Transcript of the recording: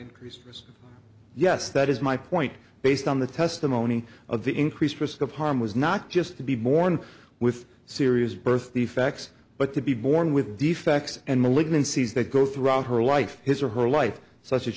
increases yes that is my point based on the testimony of the increased risk of harm was not just to be born with serious birth defects but to be born with defects and malignancies that go throughout her life his or her life such as